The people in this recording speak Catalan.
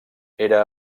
era